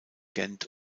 gent